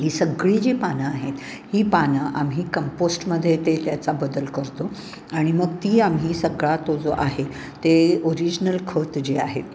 ही सगळी जी पानं आहेत ही पानं आम्ही कंपोस्टमध्ये ते त्याचा बदल करतो आणि मग ती आम्ही सगळा तो जो आहे ते ओरिजनल खत जे आहे